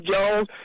Jones